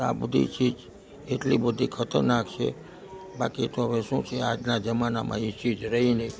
તો આ બધી ચીજ એટલી બધી ખતરનાક છે બાકી તો હવે શું છે આજના જમાનામાં એ ચીજ રહી નહીં